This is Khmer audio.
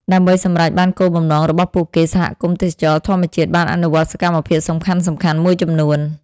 ដើម្បីសម្រេចបានគោលបំណងរបស់ពួកគេ សហគមន៍ទេសចរណ៍ធម្មជាតិបានអនុវត្តសកម្មភាពសំខាន់ៗមួយចំនួន។